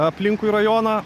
aplinkui rajoną